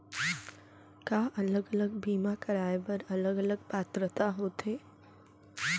का अलग अलग बीमा कराय बर अलग अलग पात्रता होथे?